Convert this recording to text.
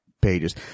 pages